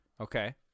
okay